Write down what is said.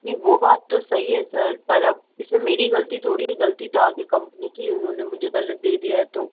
नहीं वो बात तो सही है सर पर अब इसमें मेरी गलती थोड़ी है गलती तो आपकी कंपनी की है उन्होंने मुझे गलत दे दिया है तो